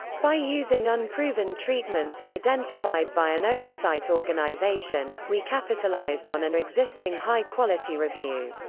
by using unproven treatments identified by an oversight organization, we capitalized on an existing high quality review.